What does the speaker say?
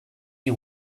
you